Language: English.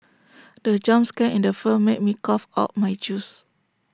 the jump scare in the film made me cough out my juice